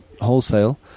wholesale